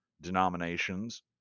denominations